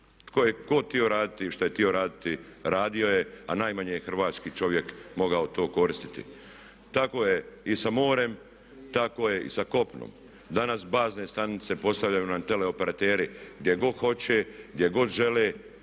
tko je god htio raditi i što je htio raditi radio je, a najmanje je hrvatski čovjek mogao to koristiti. Tako je i sa morem, tako je i sa kopnom. Danas bazne stanice postavljaju nam teleoperateri gdje god hoće, gdje god žele